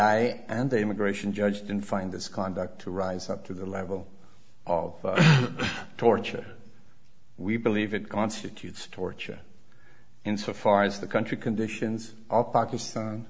i and a migration judged and find this conduct to rise up to the level of torture we believe it constitutes torture in so far as the country conditions are pakistan